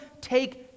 Take